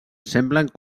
semblen